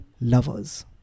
lovers